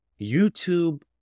YouTube